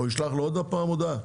או ישלח לו עוד פעם הודעה?